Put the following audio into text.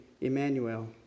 Emmanuel